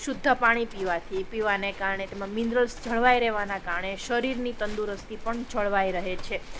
શુદ્ધ પાણી પીવાથી પીવાને કારણે તેમાં મિનરલ્સ જળવાઈ રહેવાના કારણે શરીરની તંદુરસ્તી પણ જળવાઈ રહે છે